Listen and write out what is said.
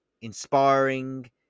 inspiring